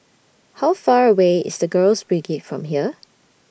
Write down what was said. How Far away IS The Girls Brigade from here